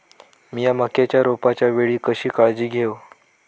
मीया मक्याच्या रोपाच्या वेळी कशी काळजी घेव?